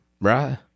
right